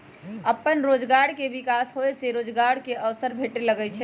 अप्पन रोजगार के विकास होय से रोजगार के अवसर भेटे लगैइ छै